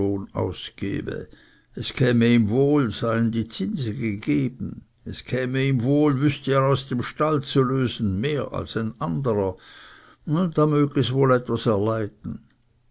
ausgebe es käme ihm wohl seien die zinse gegeben es käme ihm wohl wüßte er aus dem stall zu lösen mehr als ein anderer da mög es wohl etwas erleiden